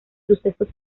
sucesos